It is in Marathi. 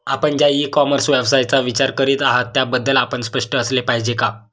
आपण ज्या इ कॉमर्स व्यवसायाचा विचार करीत आहात त्याबद्दल आपण स्पष्ट असले पाहिजे का?